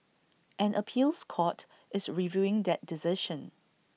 an appeals court is reviewing that decision